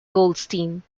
goldstein